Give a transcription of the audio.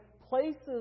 places